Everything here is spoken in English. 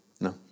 No